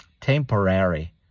temporary